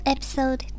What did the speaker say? Episode